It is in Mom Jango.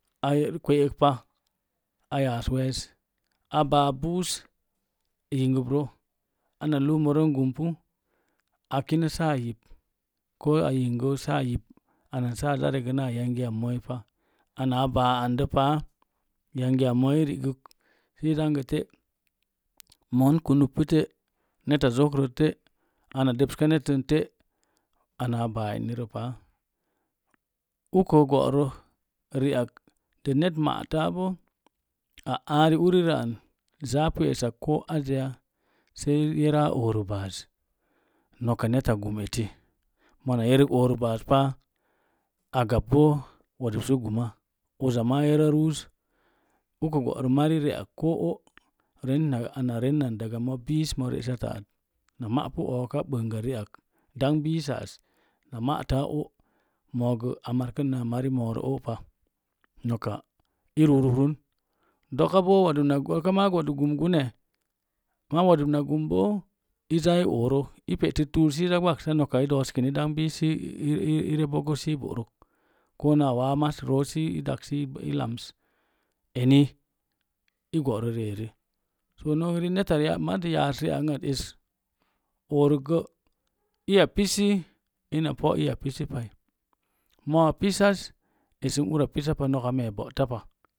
A yeek pa ayaas wees a baa buus yingəbrə ana lumoren gumpu akinə saa yippa ko a yingə saa yip ana saa zaa reg na yangi mọói pa yangi mooi i rigək səi zaugə te’ mon i rigək səi zaugə te’ mon kunup pu te’ neta zokrat te’ ana dəbska nettən te’ aa baa renirə pa bo go'rə riak de net maatabo a aari urirə an zaapu essak ko azə ya sai yeraa orbaaz noka neta gum eti mona yerik orbaazpa a gabbo wodu sə guma uza ma yerə ruuz ukə go'rə mari ri ak ko o'ina rennan daga moo biis moo re'satariat, na ma'pu ooka ɓənga riak, dangbiisa as moogə a markən na mari moorə o'pa i rukukrun dokabo wodub gum gunne amma wodu na gumbo i zaa i oorə ipe'tək tuni sə i zaa ɓaksa noka i dooskini damg biis sə i reei bogo səi bo'rə naa waa masroo sə daks səi lams eni igo'rəri eri to nok riig neta maz yaas ri angat es orəkgə in pisii ina po’ iya pisi pai moya pisas esəm ura pisu pas noka mee bo'tapa